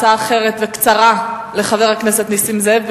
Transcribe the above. הצעה אחרת וקצרה לחבר נסים זאב.